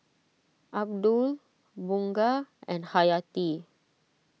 Abdul Bunga and Hayati